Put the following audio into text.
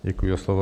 Děkuji za slovo.